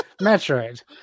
Metroid